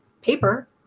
paper